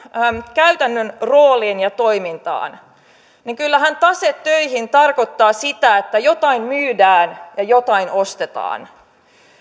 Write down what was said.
käytännön rooliin ja toimintaan niin kyllähän tase töihin tarkoittaa sitä että jotain myydään ja jotain ostetaan